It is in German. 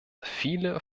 viele